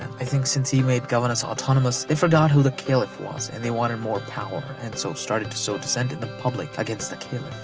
i think since he made governors autonomous, they forgot who the caliph was and they wanted more power and so started to sow dissent in the public against the caliph.